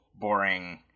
boring